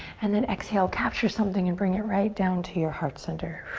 and then exhale, capture something and bring it right down to your heart center.